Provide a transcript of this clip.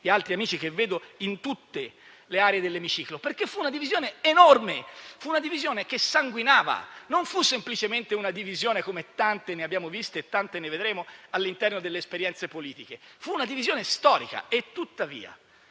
altri amici che vedo in tutte le aree dell'Emiciclo. Fu infatti una divisione enorme, che sanguinava; non fu semplicemente una divisione come tante (tante ne abbiamo viste e tante ne vedremo) all'interno delle esperienze politiche, ma fu una divisione storica. Tuttavia,